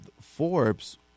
Forbes